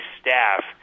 staff